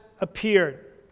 appeared